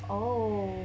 oh